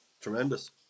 Tremendous